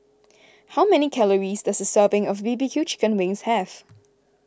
how many calories does a serving of B B Q Chicken Wings have